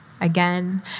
Again